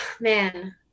man